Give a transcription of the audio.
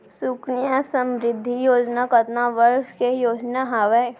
सुकन्या समृद्धि योजना कतना वर्ष के योजना हावे?